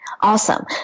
Awesome